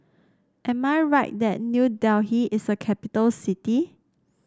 am I right that New Delhi is a capital city